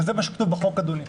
זה מה שכתוב בהצעת החוק, אדוני,